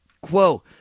quo